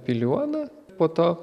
piliuona po to